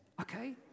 okay